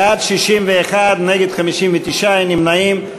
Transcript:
בעד, 61, נגד, 59, אין נמנעים.